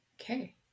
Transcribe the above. Okay